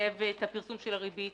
לחייב את הפרסום של הריבית.